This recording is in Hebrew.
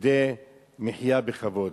לכדי מחיה בכבוד.